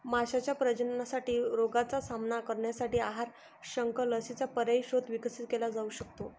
माशांच्या प्रजननासाठी रोगांचा सामना करण्यासाठी आहार, शंख, लसींचा पर्यायी स्रोत विकसित केला जाऊ शकतो